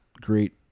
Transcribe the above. great